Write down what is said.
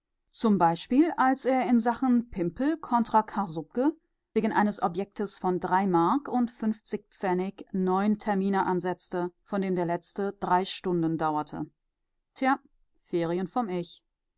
zum beispiel als er in sachen pimpel contra karsubke wegen eines objektes von drei mark und fünfzig pfennig neun termine ansetzte von dem der letzte drei stunden dauerte tja ferien